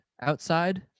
outside